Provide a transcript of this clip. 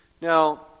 Now